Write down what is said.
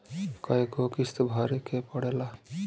कय गो किस्त भरे के पड़ेला?